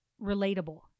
relatable